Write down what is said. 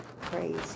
praise